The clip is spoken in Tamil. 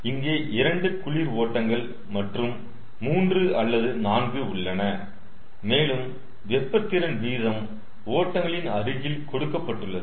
இங்கே 2 குளிர் ஓட்டங்கள் மற்றும் மூன்று அல்லது நான்கு உள்ளன மேலும் வெப்ப திறன் வீதம் ஓட்டங்களின் அருகில் கொடுக்கப்பட்டுள்ளது